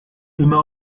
immer